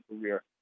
career